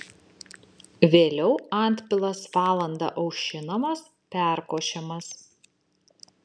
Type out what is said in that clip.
vėliau antpilas valandą aušinamas perkošiamas